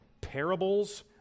parables